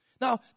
Now